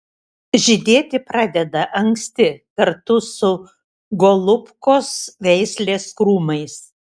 žydėti pradeda anksti kartu su golubkos veislės krūmais